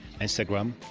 Instagram